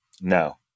No